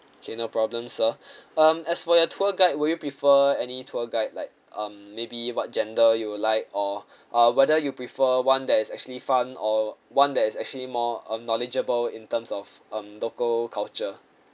okay no problem sir um as for your tour guide would you prefer any tour guide like um maybe what gender you would like or uh whether you prefer one that is actually fun or one that is actually more um knowledgeable in terms of um local culture